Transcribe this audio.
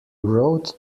wrote